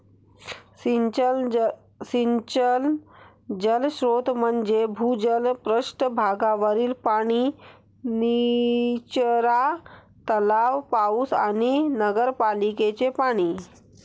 सिंचन जलस्रोत म्हणजे भूजल, पृष्ठ भागावरील पाणी, निचरा तलाव, पाऊस आणि नगरपालिकेचे पाणी